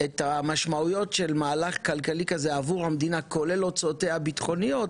את המשמעויות של מהלך כלכלי כזה עבור המדינה כולל הוצאותיה הביטחוניות,